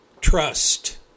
trust